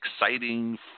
exciting